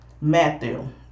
Matthew